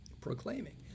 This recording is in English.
proclaiming